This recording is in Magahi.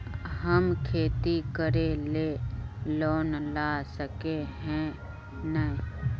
हम खेती करे ले लोन ला सके है नय?